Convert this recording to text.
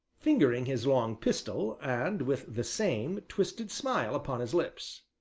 fingering his long pistol and with the same twisted smile upon his lips.